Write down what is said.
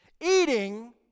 Eating